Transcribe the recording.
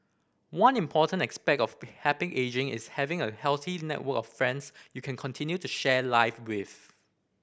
one important aspect of happy ageing is having a healthy network of friends you can continue to share life with